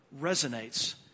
resonates